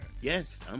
Yes